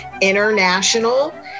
International